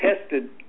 tested